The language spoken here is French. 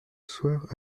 soir